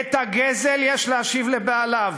את הגזל יש להשיב לבעליו,